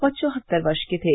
वह चौहत्तर वर्ष के थे